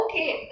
Okay